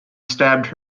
stabbed